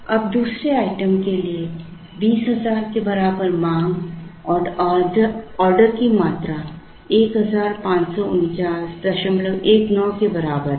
अब दूसरे आइटम के लिए 20000 के बराबर मांग और ऑर्डर की मात्रा 154919 के बराबर है